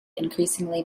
increasingly